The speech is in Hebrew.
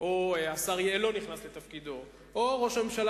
או השר יעלון נכנס לתפקידו או ראש הממשלה